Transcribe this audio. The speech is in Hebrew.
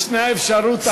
ישנה אפשרות אחת,